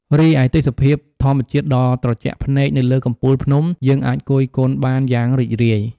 រីឯទេសភាពធម្មជាតិដ៏ត្រជាក់ភ្នែកនៅលើកំពូលភ្នំយើងអាចគយគន់បានយ៉ាងរីករាយ ។